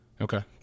Okay